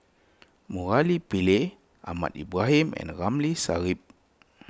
Murali Pillai Ahmad Ibrahim and Ramli Sarip